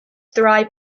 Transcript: thrive